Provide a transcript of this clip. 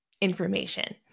information